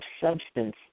substance